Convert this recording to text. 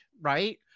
Right